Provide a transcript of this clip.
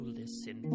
listen